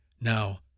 Now